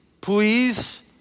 please